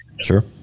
Sure